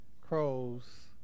crows